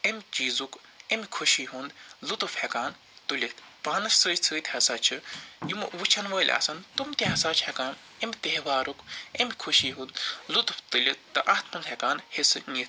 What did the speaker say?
اَمہِ چیٖزُک اَمہِ خوشی ہُنٛد لطف ہیٚکان تُلِتھ پانَس سۭتۍ سۭتۍ ہَسا چھِ یِمہٕ وُچھن وٲلۍ آسَن تِم تہِ ہَسا چھِ ہیٚکان اَمہِ تہوارُک اَمہِ خوشی ہُنٛد لطف تُلِتھ تہٕ اَتھ کُن ہیٚکان حِصہٕ نِتھ